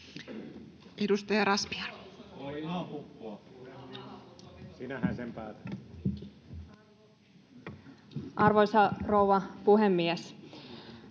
Edustaja Marttinen. Arvoisa rouva puhemies!